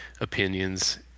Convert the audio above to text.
opinions